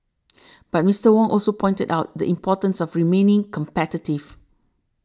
but Mister Wong also pointed out the importance of remaining competitive